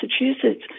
Massachusetts